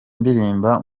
ndirimba